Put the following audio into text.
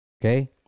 Okay